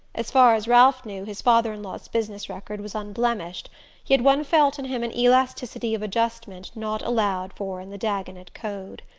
as far as ralph knew, his father-in-law's business record was unblemished yet one felt in him an elasticity of adjustment not allowed for in the dagonet code.